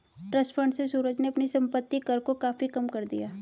trust fund से सूरज ने अपने संपत्ति कर को काफी कम कर दिया